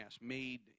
made